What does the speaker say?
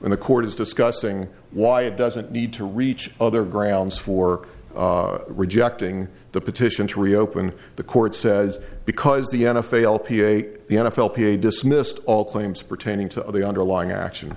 in the court is discussing why it doesn't need to reach other grounds for rejecting the petition to reopen the court says because the n f l p a the n f l p a dismissed all claims pertaining to the underlying action